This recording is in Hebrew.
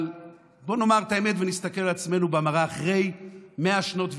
אבל בואו נאמר את האמת ונסתכל על עצמנו במראה: אחרי 100 שנות ויכוח,